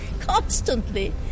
constantly